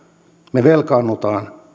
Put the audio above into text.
me velkaannumme